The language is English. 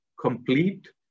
complete